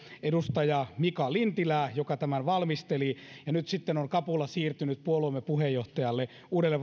edustaja mika lintilää joka tämän valmisteli ja nyt sitten on kapula siirtynyt puolueemme puheenjohtajalle uudelle